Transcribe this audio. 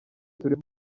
turimo